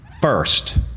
first